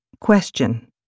Question